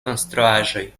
konstruaĵoj